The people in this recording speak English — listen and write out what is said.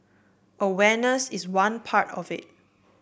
awareness is one part of it